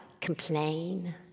complain